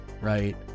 right